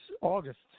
August